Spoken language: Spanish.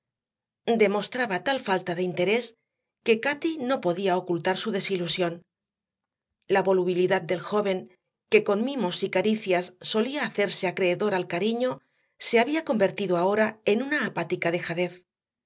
demostraba tal falta de interés que cati no podía ocultar su desilusión la volubilidad del joven que con mimos y caricias solía hacerse acreedor al cariño se había convertido ahora en una apática dejadez